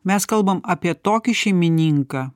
mes kalbam apie tokį šeimininką